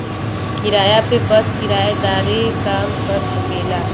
किराया पे बस किराएदारे काम कर सकेला